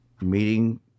meeting